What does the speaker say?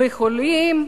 לחולים,